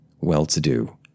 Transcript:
well-to-do